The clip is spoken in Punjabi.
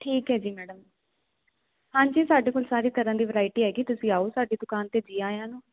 ਠੀਕ ਐ ਜੀ ਮੈਡਮ ਹਾਂਜੀ ਸਾਡੇ ਕੋਲ ਸਾਰੇ ਤਰਾਂ ਦੀ ਵਰਾਇਟੀ ਹੈਗੀ ਤੁਸੀਂ ਆਓ ਸਾਡੀ ਦੁਕਾਨ ਤੇ ਜੀ ਆਇਆ ਨੂੰ